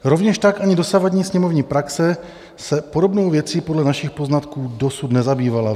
Rovněž tak ani dosavadní sněmovní praxe se podobnou věcí podle našich poznatků dosud nezabývala.